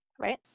Right